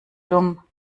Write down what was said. dumm